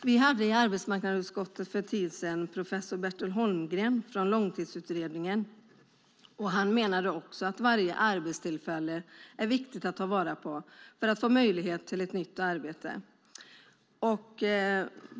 Vi hade i arbetsmarknadsutskottet för en tid sedan professor Bertil Holmlund från Långtidsutredningen, och han menade också att varje arbetstillfälle är viktigt att ta vara på för att få möjlighet till ett nytt arbete.